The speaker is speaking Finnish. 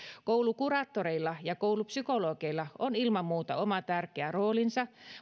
koulukuraattoreilla ja koulupsykologeilla on ilman muuta oma tärkeä roolinsa